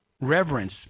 reverence